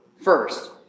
first